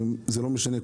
וזה לא משנה,